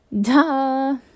duh